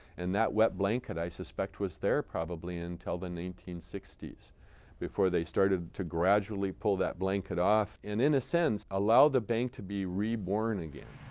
and that wet blanket, i suspect, was there probably until the nineteen sixty s before they started to gradually pull that blanket off. and in a sense allow the bank to be reborn again.